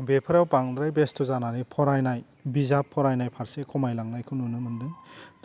बेफ्राव बांद्राय बेस्थ' जानानै फरायनाय बिजाब फरायनाय फारसे खमाय लांनायखौ नुनो मोन्दों